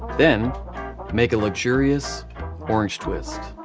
then make a luxurious orange twist.